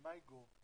ב-my gov